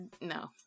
no